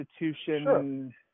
institution